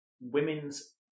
women's